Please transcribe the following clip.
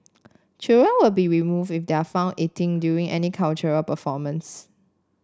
children will be removed if they are found eating during any cultural performance